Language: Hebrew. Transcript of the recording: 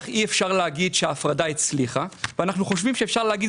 היום אנחנו מדברים על